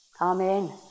Amen